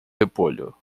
repolho